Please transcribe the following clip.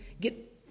get